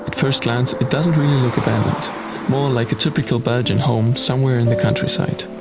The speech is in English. first glance, it does not really look abandoned more like a typical belgian home somewhere in the countryside.